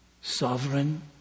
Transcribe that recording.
sovereign